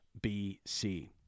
BC